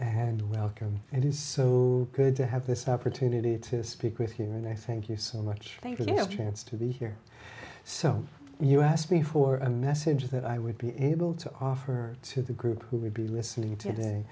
hand welcome it is so good to have this opportunity to speak with you and i thank you so much thank you know chance to be here so you asked me for a message that i would be able to offer to the group who would be listening today